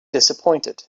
disappointed